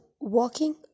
walking